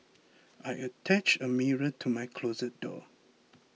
I attached a mirror to my closet door